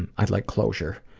and i'd like closure.